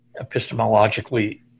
epistemologically